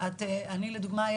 לדוגמה,